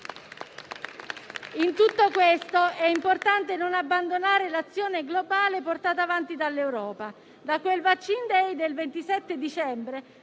In tutto questo è importante non abbandonare l'azione globale portata avanti dall'Europa. Da quel *vaccine day* del 27 dicembre